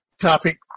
topic